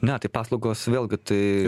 ne tai paslaugos vėlgi tai